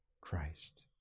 Christ